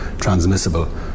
transmissible